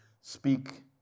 speak